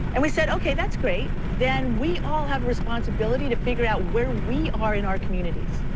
and we said okay, that's great, then we all have responsibility to figure out where we are in our community.